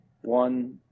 one